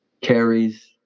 carries